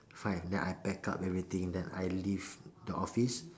five then I pack up everything then I leave the office